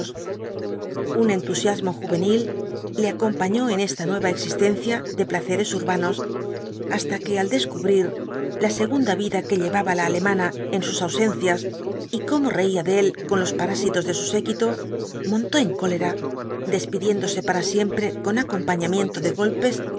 un entusiasmo juvenil le acompañó en esta nueva existencia de placeres urbanos hasta que al descubrir la segunda vida que llevaba la alemana en sus ausencias y cómo reía de él con los parásitos de su séquito montó en cólera despidiéndose para siempre con acompañamiento de golpes